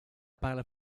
parla